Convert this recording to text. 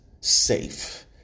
safe